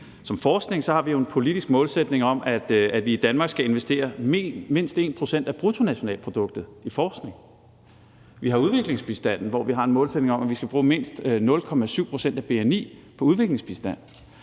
som forskning, har vi jo en politisk målsætning om, at vi i Danmark skal investere mindst 1 pct. af bruttonationalproduktet i forskning. Der er udviklingsbistanden, hvor vi har en målsætning om, at vi skal bruge mindst 0,7 pct. af bni på udviklingsbistand.